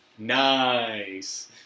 Nice